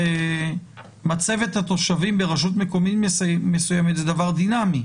שמצבת התושבים ברשות מקומית מסוימת זה דבר דינמי,